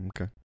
Okay